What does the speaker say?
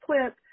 clip